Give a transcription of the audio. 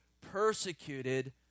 persecuted